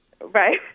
Right